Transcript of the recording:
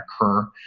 occur